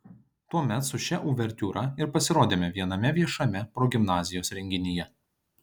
tuomet su šia uvertiūra ir pasirodėme viename viešame progimnazijos renginyje